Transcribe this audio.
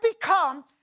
become